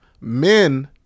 men